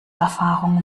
erfahrung